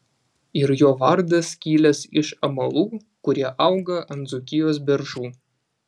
ir jo vardas kilęs iš amalų kurie auga ant dzūkijos beržų